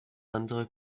andere